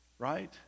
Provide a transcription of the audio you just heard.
right